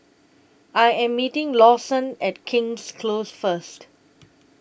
I Am meeting Lawson At King's Close First